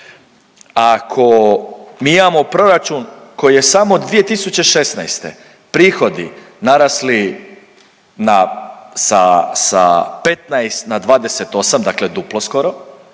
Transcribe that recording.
ako mi imam proračun koji je samo 2016. prihodi narasli na sa 15 na 28 dakle duplo skoro,